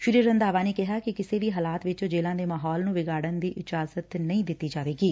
ਸ੍ਰੀ ਰੰਧਾਵਾ ਨੇ ਕਿਹਾ ਕਿ ਕਿਸੇ ਵੀ ਹਾਲਾਤ ਵਿੱਚ ਜੇਲਾਂ ਦੇ ਮਾਹੌਲ ਨੂੰ ਵਿਂਗਾਤਨ ਦੀ ਆਗਿਆ ਨਹੀਂ ਦਿੱਤੀ ਜਾਵੇਗੀ